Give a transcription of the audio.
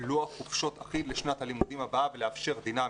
לוח חופשות אחיד לשנת הלימודים הבאה ולאפשר דינמיות.